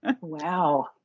Wow